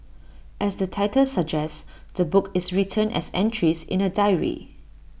as the title suggests the book is written as entries in A diary